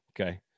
Okay